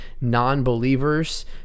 non-believers